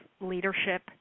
leadership